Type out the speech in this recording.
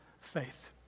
faith